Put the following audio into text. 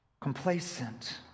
complacent